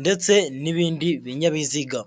ndetse n'ibindi binyabiziga.